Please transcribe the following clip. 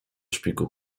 szpiku